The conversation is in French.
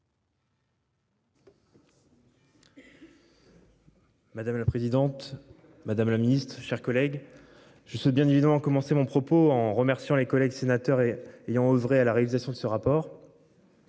Madame la présidente, madame la Ministre, chers collègues, je sais bien évidement commencer mon propos en remerciant les collègues sénateurs et ayant oeuvré à la réalisation de ce rapport.